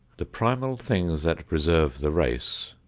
the primal things that preserve the race,